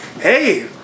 Hey